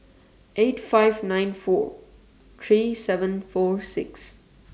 eight five nine four three seven four six